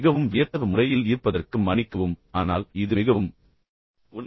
மிகவும் வியத்தகு முறையில் இருப்பதற்கு மன்னிக்கவும் ஆனால் இது மிகவும் உண்மை